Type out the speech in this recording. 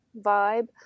vibe